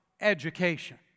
education